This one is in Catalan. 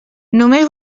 només